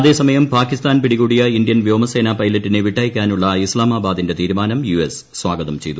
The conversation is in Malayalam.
അതേസമയം പാകിസ്ഥാൻ പ്രിടീകൂടിയ ഇന്ത്യൻ വ്യോമസേനാ പൈലറ്റിനെ വിട്ടയയ്ക്കാനുള്ള് ഇസ്ലാമാബാദിന്റെ തീരുമാനം യു എസ് സ്വാഗതം ചെയ്തു